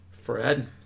Fred